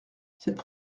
cette